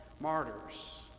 martyrs